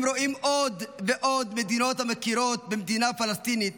הם רואים עוד ועוד מדינות המכירות במדינה פלסטינית